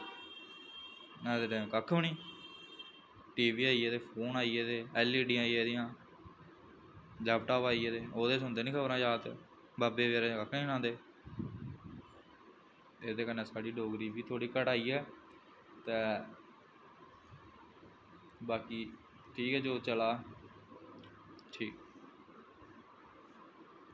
अज्ज दे टैम कक्ख बी नी टी वी आई गेदा फोन आई दे ते ऐल ई डियां आई दियां लैपटाप आई गेदे ओह्दे पर सुनदे नी खबरां जादातर बाबें बचैरें गी कक्ख बी नी सनांदे एह्दे कन्नै साढ़ी डोगरी बी थोह्ड़ी घटा दी ऐ ते बाकी ठीक ऐ जो चला दा ठीक